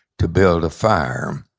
to build a fire.